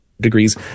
degrees